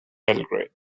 belgrade